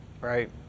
Right